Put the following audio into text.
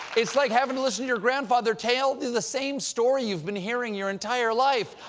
it's like having to listen to your grandfather tell the same story you've been hearing your entire life.